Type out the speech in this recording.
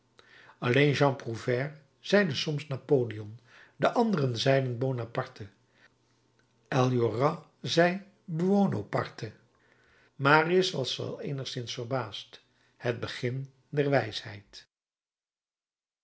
alleen jean prouvaire zeide soms napoleon de anderen zeiden bonaparte enjolras zeide buonaparte marius was wel eenigszins verbaasd initium sapientiæ het begin der wijsheid